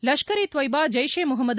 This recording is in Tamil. லஷ்கர் ஈ தொய்பா ஜெய்ஷ் இ முகமது